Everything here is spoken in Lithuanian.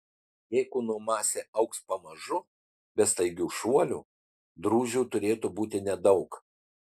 jei kūno masė augs pamažu be staigių šuolių drūžių turėtų būti nedaug